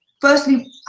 Firstly